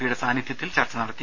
പിയുടെ സാന്നിധ്യത്തിൽ ചർച്ച നടത്തി